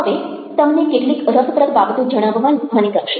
હવે તમને કેટલીક રસપ્રદ બાબતો જણાવવાનું મને ગમશે